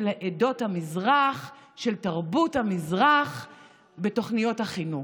של עדות המזרח, של תרבות המזרח בתוכניות החינוך,